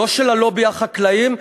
לא של הלובים החקלאיים,